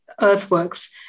earthworks